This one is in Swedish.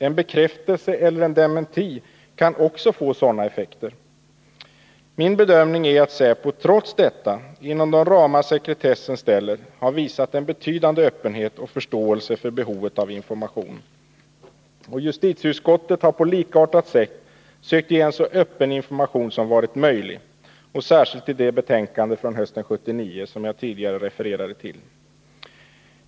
En bekräftelse eller en dementi kan också få negativa effekter. Min bedömning är att säkerhetspolisen trots detta, inom de ramar sekretessen ställer, har visat en betydande öppenhet och förståelse för behovet av information. Justitieutskottet har på likartat sätt försökt ge en så öppen information som möjligt, särskilt i det betänkande från hösten 1979 som jag tidigare refererade till.